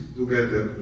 together